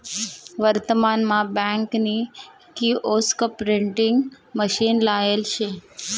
वर्तमान मा बँक नी किओस्क प्रिंटिंग मशीन लायेल शे